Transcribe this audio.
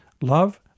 Love